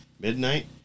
midnight